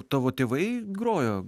tavo tėvai grojo